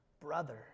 Brother